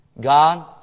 God